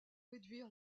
réduire